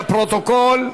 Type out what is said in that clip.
לפרוטוקול,